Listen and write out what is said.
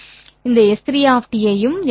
பின்னர் எந்த திசையன் S3 ஐயும் எழுதலாம்